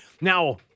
Now